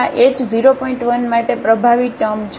1 માટે પ્રભાવી ટર્મ છે